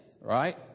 right